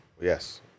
yes